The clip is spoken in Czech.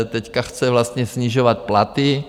Teď chce vlastně snižovat platy.